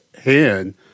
hand